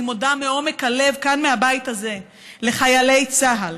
אני מודה מעומק הלב כאן מהבית הזה לחיילי צה"ל,